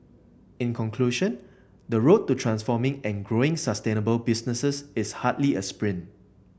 in conclusion the road to transforming and growing sustainable businesses is hardly a sprint